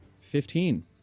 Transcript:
Fifteen